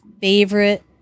favorite